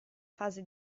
fase